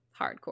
hardcore